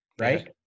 Right